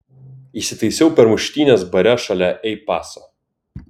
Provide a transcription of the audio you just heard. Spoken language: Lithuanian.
įsitaisiau per muštynes bare šalia ei paso